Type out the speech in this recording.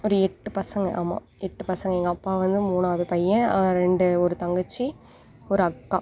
ஒரு எட்டு பசங்கள் ஆமாம் எட்டு பசங்கள் எங்கள் அப்பா வந்து மூணாவது பையன் ரெண்டு ஒரு தங்கச்சி ஒரு அக்கா